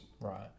right